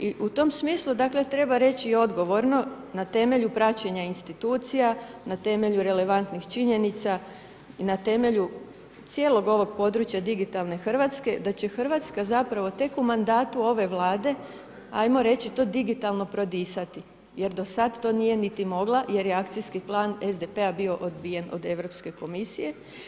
I u tom smislu, dakle treba reći i odgovorno na temelju praćenja institucija, na temelju relevantnih činjenica i na temelju cijelog ovog područja digitalne Hrvatske da će Hrvatska zapravo tek u mandatu ove Vlade hajmo reći to digitalno prodisati jer do sad to nije niti mogla jer je akcijski plan SDP-a bio odbijen od Europske komisije.